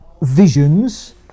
visions